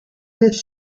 his